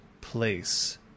place